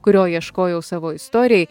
kurio ieškojau savo istorijai